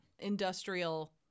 industrial